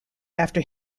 after